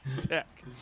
Tech